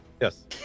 Yes